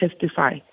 testify